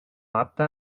apte